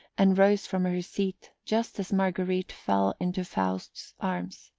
and rose from her seat just as marguerite fell into faust's arms.